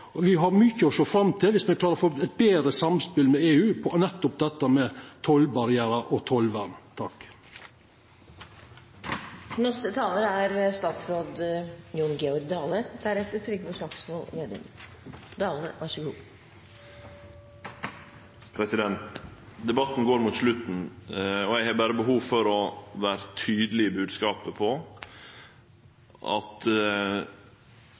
og me har mykje å sjå fram til viss me klarer å få eit betre samspel med EU på nettopp dette med tollbarrierar og tollvern. Debatten går mot slutten, og eg har behov for å vere tydeleg i bodskapet på at